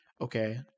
okay